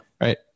Right